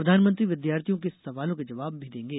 प्रधानमंत्री विद्यार्थियों के सवालों के जबाब भी देंगे